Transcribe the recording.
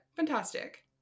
Fantastic